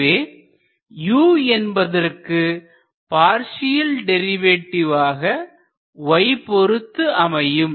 எனவே u என்பதற்கு partial டெரிவேட்டிவ்வாக y பொருத்து அமையும்